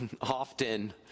Often